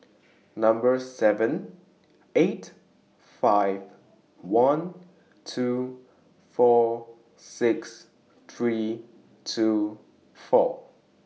Number seven eight five one two four six three two four